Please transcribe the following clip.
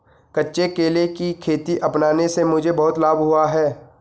कच्चे केले की खेती अपनाने से मुझे बहुत लाभ हुआ है